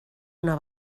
una